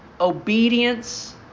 obedience